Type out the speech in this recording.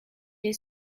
est